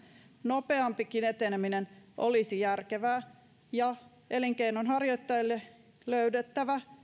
nopeampikin eteneminen olisi järkevää ja elinkeinonharjoittajille olisi löydettävä